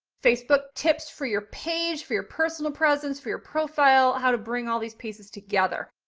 facebook tips for your page, for your personal presence, for your profile, how to bring all these pieces together.